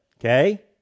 okay